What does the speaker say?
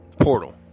portal